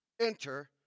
Enter